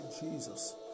Jesus